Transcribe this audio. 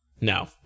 No